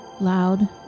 loud